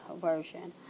version